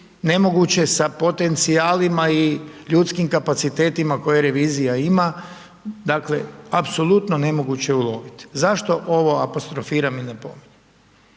nemoguće sa potencijalima i ljudskim kapacitetima koje revizija ima, dakle apsolutno nemoguće uloviti. Zašto ovo apostrofiram i napominjem?